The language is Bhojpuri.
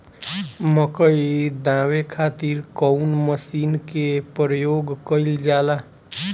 मकई दावे खातीर कउन मसीन के प्रयोग कईल जाला?